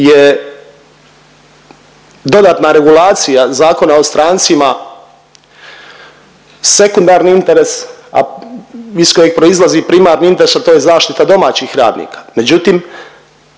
je dodatna regulacija Zakona o strancima sekundarni interes, a iz kojeg proizlazi primarni interes, a to je zaštita domaćih radnika